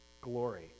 glory